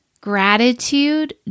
Gratitude